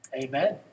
Amen